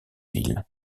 ville